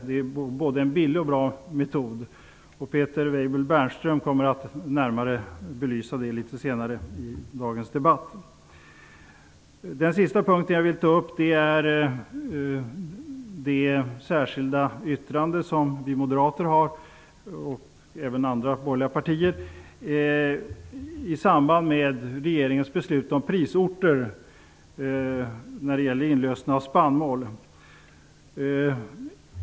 Det är en både billig och bra metod. Peter Weibull Bernström kommer att belysa det närmare litet senare i dagens debatt. Till sist vill jag ta upp det särskilda yttrande som vi moderater - och även andra borgerliga i utskottet - har i samband med regeringens beslut om prisorter när det gäller inlösen av spannmål.